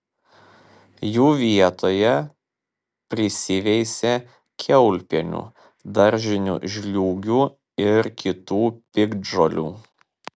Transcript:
jų vietoje prisiveisia kiaulpienių daržinių žliūgių ir kitų piktžolių